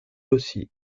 aussi